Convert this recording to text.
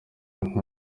nka